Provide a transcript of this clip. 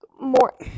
more